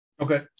Okay